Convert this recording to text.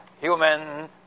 human